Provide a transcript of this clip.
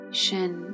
shin